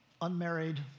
unmarried